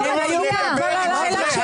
אני מבקש לא לדבר עם חברי הכנסת?